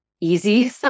easy